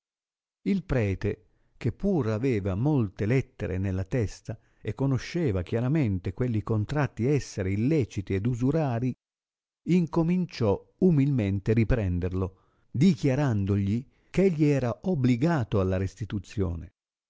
il prete che pur aveva molte lettere nella testa e conosceva chiaramente quelli contratti essere illeciti ed usurari incominciò umilmente riprenderlo dichiarandogli eh egli era obligato alla restituzione